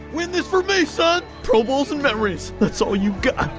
win this for me, son. pro bowls and memories. that's all you got.